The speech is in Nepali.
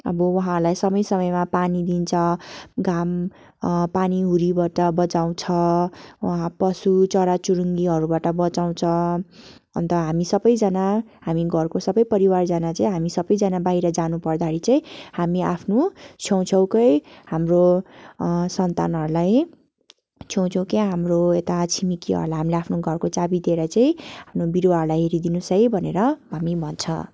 अब उहाँहरूलाई समय समयमा पानी दिन्छ घाम पानी हुरीबाट बचाउँछ वहाँ पशु चराचुरुङ्गीहरूबाट बचाउँछ अन्त हामी सबैजना हामी घरको सबै परिवारजना हामी सबैजना बाहिर जानुपर्दाखेरि चाहिँ हामी आफ्नो छेउ छेउकै हाम्रो सन्तानहरूलाई छेउछेउकै हाम्रो यता छिमेकीहरूलाई हामीले आफ्नो घरको चाबी दिएर चाहिँ हामीले आफ्नो बिरुवाहरूलाई हेरिदिनुहोस् है भनेर हामी भन्छ